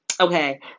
Okay